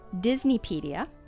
Disneypedia